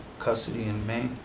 custody in may,